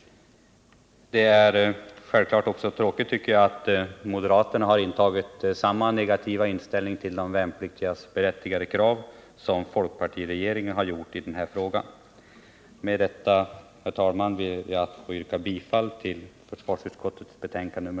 Det är självklart också tråkigt att moderaterna intagit samma negativa hållning till de värnpliktigas berättigade krav som folkpartiregeringen har gjort i den här frågan. Med detta, herr talman, ber jag att få yrka bifall till hemställan i försvarsutskottets betänkande.